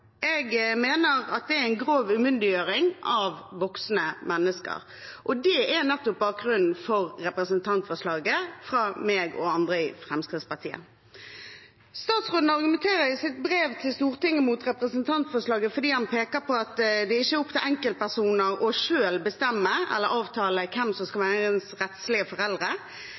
Jeg mener det er en grov umyndiggjøring av voksne mennesker, og det er nettopp bakgrunnen for representantforslaget fra Fremskrittspartiet. Statsråden argumenterer i sitt brev til Stortinget mot representantforslaget fordi han peker på at det ikke er opp til enkeltpersoner selv å bestemme eller avtale hvem som skal være ens rettslige foreldre,